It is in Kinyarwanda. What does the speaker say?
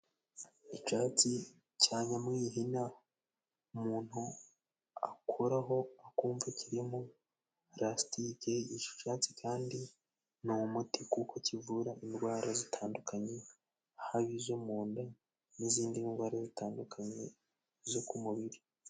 Icatsi cya nyamwihina umuntu akoraho akumva kirimo lasitike, ico catsi kandi ni umuti kuko kivura indwara zitandukanye haba izo mu nda n'izindi ndwara zitandukanye zo ku mubiri.